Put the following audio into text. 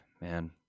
Man